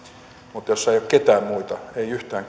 mutta jossa ei ole ketään muita ei yhtään